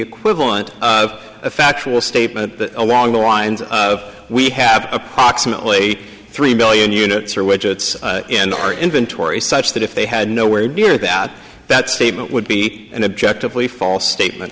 equivalent of a factual statement that along the lines of we have approximately three million units or widgets in our inventory such that if they had no where near that that statement would be an objective way false statement